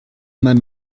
mein